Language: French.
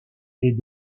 est